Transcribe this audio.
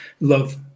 love